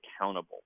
accountable